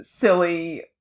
silly